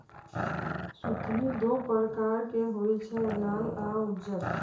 सुथनि दू परकार के होई छै लाल आ उज्जर